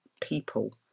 people